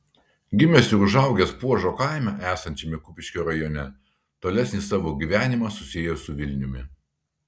gimęs ir užaugęs puožo kaime esančiame kupiškio rajone tolesnį savo gyvenimą susiejo su vilniumi